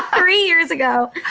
um three years ago.